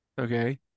okay